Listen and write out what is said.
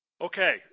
Okay